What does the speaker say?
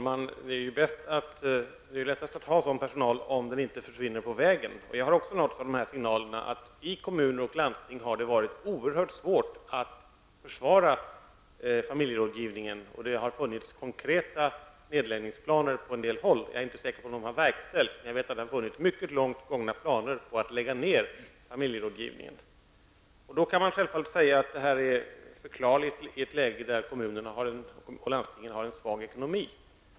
Herr talman! Det är lättast att få sådan personal, om den inte försvinner på vägen. Också jag har nåtts av signalerna om att det i kommuner och landsting har varit oerhört svårt att försvara familjerådgivningen. Det har på en del håll funnits konkreta nedläggningsplaner. Jag är inte säker på att de har verkställts, men jag vet att det har funnits mycket långt gångna planer på att lägga ned familjerådgivningen. Man kan självfallet säga att detta är förklarligt i ett läge där landstingen och kommunerna har en svag ekonomi.